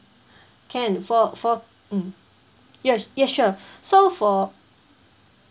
can for for mm yes yes sure so for